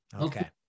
Okay